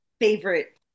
Favorite